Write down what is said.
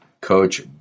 Coach